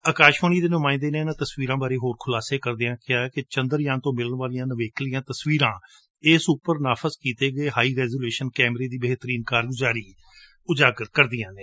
ਅਕਾਸ਼ਵਾਣੀ ਦੇ ਨੁਮਾਇੰਦੇ ਨੇ ਇਨ੍ਹਾਂ ਤਸਵੀਰਾਂ ਬਾਰੇ ਹੋਰ ਖੁਲਾਸੇ ਕਰਦਿਆਂ ਕਿਹਾ ਕਿ ਚੰਦਰਯਾਨ ਤੋਂ ਮਿਲਣ ਵਾਲੀਆਂ ਨਵੇਕਲੀਆਂ ਤਸਵੀਰਾਂ ਇਸ ਉਪਰ ਨਾਫਸ ਕੀਤੇ ਗਏ ਹਾਈ ਰੈਜੋਲਿਊਸ਼ਨ ਕੈਮਰੇ ਦੀ ਕਾਰਗੁਜਾਰੀ ਉਜਾਗਰ ਕਰਦੀਆਂ ਨੇ